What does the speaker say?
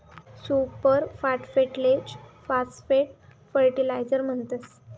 super फास्फेटलेच phosphate fertiliser म्हणतस